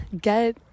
get